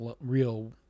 real